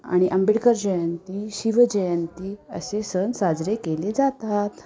आणि आंबेडकर जयंती शिवजयंती असे सण साजरे केले जातात